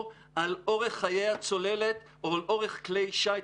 על אורך חיי הצוללת או על אורך כלי שיט.